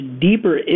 deeper